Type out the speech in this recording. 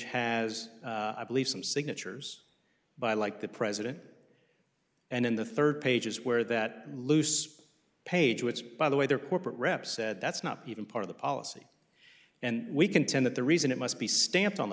has i believe some signatures by like the president and then the third pages where that loose page which by the way their corporate rep said that's not even part of the policy and we contend that the reason it must be stamped on the